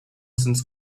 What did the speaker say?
since